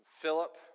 Philip